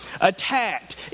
attacked